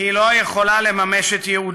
כי היא לא יכולה לממש את ייעודה.